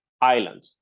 island